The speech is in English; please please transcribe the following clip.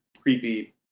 creepy